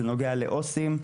זה נוגע לעו"סים.